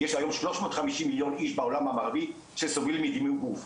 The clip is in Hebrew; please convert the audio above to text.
יש היום 350 מיליון איש בעולם המערבי שסובלים מדימוי גוף,